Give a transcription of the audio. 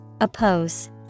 Oppose